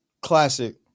classic